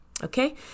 Okay